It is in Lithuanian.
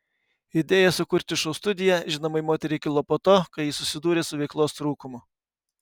idėja sukurti šou studiją žinomai moteriai kilo po to kai ji susidūrė su veiklos trūkumu